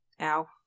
Ow